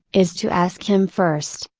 is to ask him first,